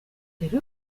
rero